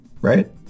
right